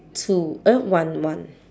two uh one one